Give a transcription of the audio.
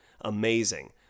amazing